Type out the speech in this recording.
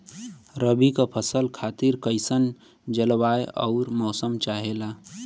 रबी क फसल खातिर कइसन जलवाय अउर मौसम चाहेला?